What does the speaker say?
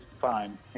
fine